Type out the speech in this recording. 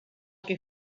que